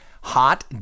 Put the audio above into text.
Hot